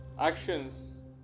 actions